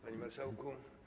Panie Marszałku!